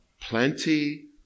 plenty